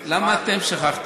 למה: אתם שכחתם?